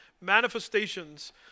manifestations